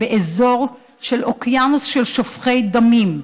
אנחנו חיים באזור של אוקיינוס של שופכי דמים.